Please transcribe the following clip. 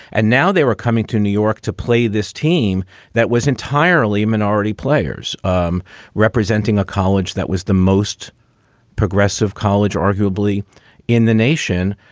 and now they were coming to new york to play this team that was entirely minority players um representing a college that was the most progressive college, arguably in the nation,